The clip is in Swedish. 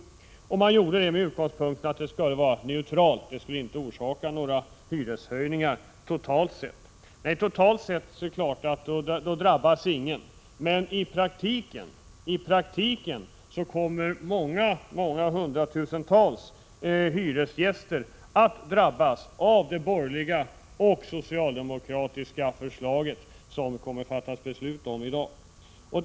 Detta har gjorts med utgångspunkten att det skall vara neutralt och totalt sett inte orsaka några hyreshöjningar. Totalt sett drabbas ingen, men i praktiken kommer hundratusentals hyresgäster att drabbas av det borgerliga och socialdemokratiska förslaget som vi i dag kommer att fatta beslut om.